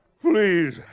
please